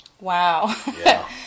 Wow